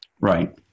Right